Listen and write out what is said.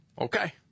Okay